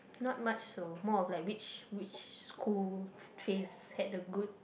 not much so more of like which which school trends have the good